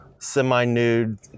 semi-nude